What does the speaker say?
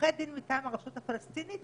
עורכי דין מטעם הרשות הפלסטינית.